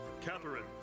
Catherine